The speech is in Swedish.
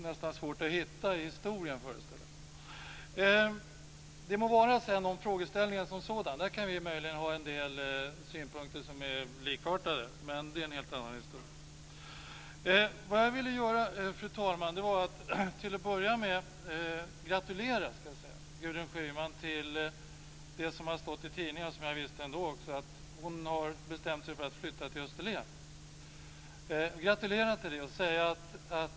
När det gäller frågeställningen som sådan kan vi möjligen ha en del synpunkter som är likartade, men det är en helt annan historia. Jag vill, fru talman, gratulera Gudrun Schyman till det som har stått i tidningarna och som jag visste, nämligen att hon har bestämt sig för att flytta till Österlen. Jag vill gratulera till det.